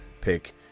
pick